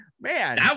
Man